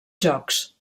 jocs